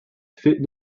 fait